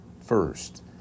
first